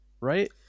right